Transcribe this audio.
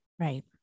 Right